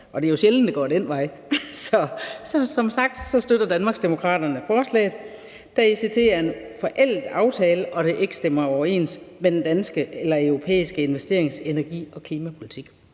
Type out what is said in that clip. og det er jo sjældent, det går den vej. Så som sagt støtter Danmarksdemokraterne forslaget, da ECT er en forældet aftale og den ikke stemmer overens med den europæiske investeringspolitik eller energi- og klimapolitik.